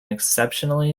exceptionally